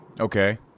Okay